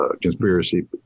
conspiracy